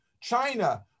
China